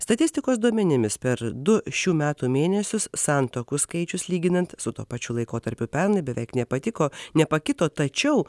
statistikos duomenimis per du šių metų mėnesius santuokų skaičius lyginant su tuo pačiu laikotarpiu pernai beveik nepatiko nepakito tačiau